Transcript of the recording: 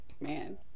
man